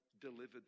delivered